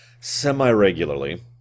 Semi-regularly